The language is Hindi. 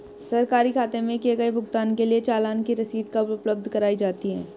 सरकारी खाते में किए गए भुगतान के लिए चालान की रसीद कब उपलब्ध कराईं जाती हैं?